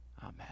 Amen